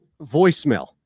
Voicemail